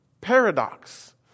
Paradox